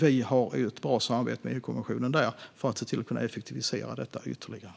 Vi har ett bra samarbete med EU-kommissionen här för att se till att kunna effektivisera detta ytterligare.